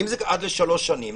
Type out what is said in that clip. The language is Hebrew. אם זה עד שלוש שנים,